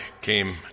came